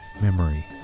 memory